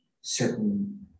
certain